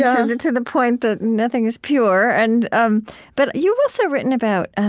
and and to the point that nothing is pure. and um but you've also written about ah